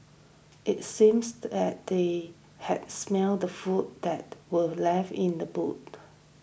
it seems that they had smelt the food that were left in the boot